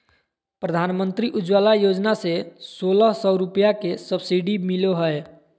प्रधानमंत्री उज्ज्वला योजना से सोलह सौ रुपया के सब्सिडी भी मिलो हय